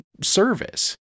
service